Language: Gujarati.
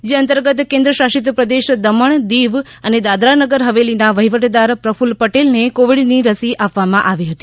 જે અંતર્ગત કેન્દ્રશાસિત પ્રદેશ દમણ દીવ અને દાદરા નગર હવેલીના વહીવટદાર પ્રફલ પટેલને કોવિડની રસી આપવામાં આવી હતી